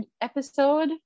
episode